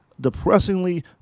depressingly